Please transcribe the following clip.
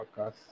podcast